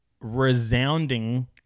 resounding